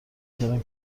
کردم